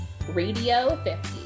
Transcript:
RADIO50